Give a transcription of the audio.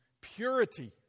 purity